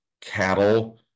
cattle